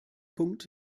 punkt